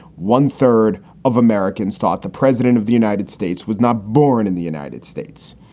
one third of americans thought the president of the united states was not born in the united states.